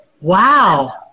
Wow